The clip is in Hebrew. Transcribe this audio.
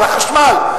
על החשבון,